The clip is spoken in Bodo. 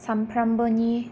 सानफ्रामबोनि